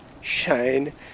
shine